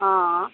अँ